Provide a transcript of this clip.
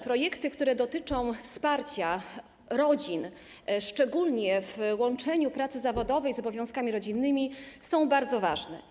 Projekty, które dotyczą wsparcia rodzin, szczególnie łączenia pracy zawodowej z obowiązkami rodzinnymi, są zawsze bardzo ważne.